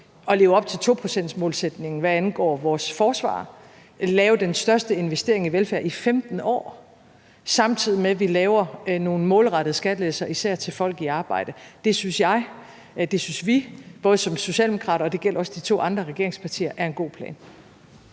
at leve op til 2-procentsmålsætningen, hvad angår vores forsvar, og lave den største investering i velfærd i 15 år, samtidig med at vi laver nogle målrettede skattelettelser, især til folk i arbejde. Det synes jeg og det synes vi som socialdemokrater er en god plan, og det gælder også de to andre regeringspartier. Kl.